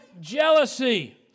jealousy